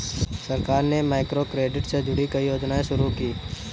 सरकार ने माइक्रोक्रेडिट से जुड़ी कई योजनाएं शुरू की